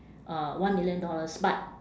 uh one million dollars but